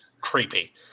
creepy